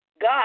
God